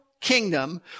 kingdom